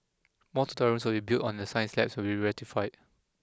more tutorial rooms will be built on the science labs will be retrofitted